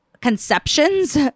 conceptions